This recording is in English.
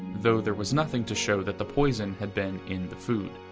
though there was nothing to show that the poison had been in the food.